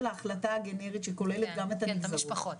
ההחלטה הגנרית שכוללת גם את הנגזרות.